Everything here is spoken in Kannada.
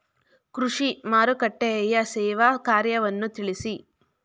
ಕೃಷಿ ಮಾರುಕಟ್ಟೆಯ ಸೇವಾ ಕಾರ್ಯವನ್ನು ತಿಳಿಸಿ?